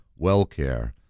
WellCare